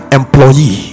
employee